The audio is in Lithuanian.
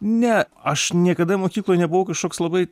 ne aš niekada mokykloj nebuvau kažkoks labai